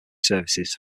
services